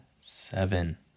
seven